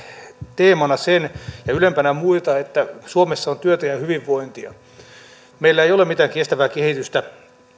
teemana ja ylempänä muita sen että suomessa on työtä ja hyvinvointia meillä ei ole mitään kestävää kehitystä